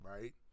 right